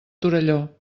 torelló